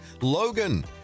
Logan